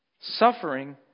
suffering